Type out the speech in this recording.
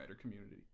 community